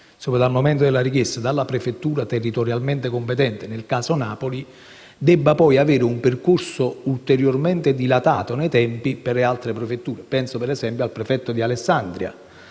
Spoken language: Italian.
dal momento della richiesta da parte della prefettura territorialmente competente, nel caso quella di Napoli, debba poi avere un percorso ulteriormente dilatato nei tempi per le altre prefetture. Penso - per esempio - al prefetto di Alessandria,